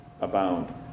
abound